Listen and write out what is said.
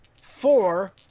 four